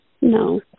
no